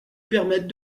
permettent